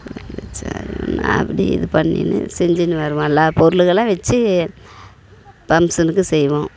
அப்படி இது பண்ணின்னு செஞ்சின்னு வருவோம் எல்லா பொருளுகளாம் வச்சி பங்க்ஷனுக்கு செய்வோம்